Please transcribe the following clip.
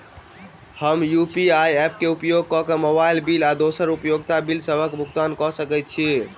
हम UPI app क उपयोग करके मोबाइल बिल आ दोसर उपयोगिता बिलसबक भुगतान कर सकइत छि